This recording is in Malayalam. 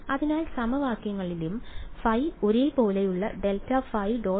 അതിനാൽ സമവാക്യങ്ങളിലും ϕ ഒരേ പോലെയുള്ള ∇ϕ